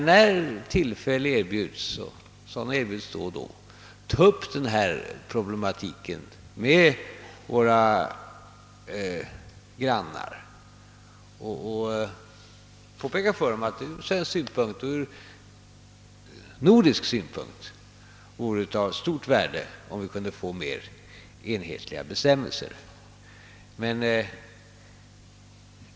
När tillfälle erbjuds — och det händer då och då — skall vi disktuera denna problematik med våra grannar och påpeka för dem, att det från svensk och från nordisk synpunkt vore av stort värde, om vi kunde få mera enhetliga bestämmelser.